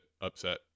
upset